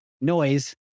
noise